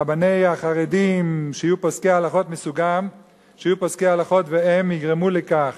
רבני החרדים, שיהיו פוסקי הלכות, והם יגרמו לכך